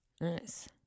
Nice